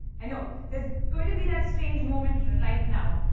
i know. there's going to be that strange moment right now.